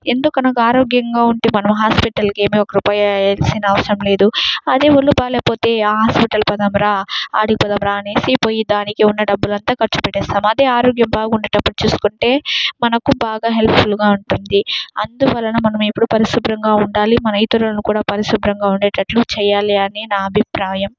ఎందుకనగా ఆరోగ్యంగా ఉంటే మనం హాస్పిటల్కి ఏమి ఒక్క రూపాయి ఎయాల్సిన అవసరం లేదు అదే ఒళ్ళు బాగాలేకపోతే హాస్పిటల్ పోదాం రా అక్కడికి పోదాం రా అనేసి పోయి దానికి ఉన్న డబ్బులు అంతా ఖర్చు పెట్టేస్తాం అదే ఆరోగ్యం బాగుండేటప్పుడు చూసుకుంటే మనకు బాగా హెల్ప్ఫుల్గా ఉంటుంది అందువలన మనం ఇప్పుడు పరిశుభ్రంగా ఉండాలి మన ఇతరులను కూడా పరిశుభ్రంగా ఉండేటట్లు చేయాలి అని నా అభిప్రాయం